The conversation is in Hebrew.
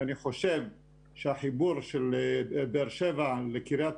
אני חושב שהחיבור של באר שבע לקריית